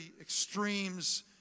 extremes